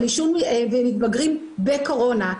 ומתבגרים בקורונה.